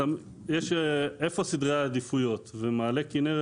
יש איפה סדרי עדיפויות ומעלה כנרת,